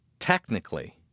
Technically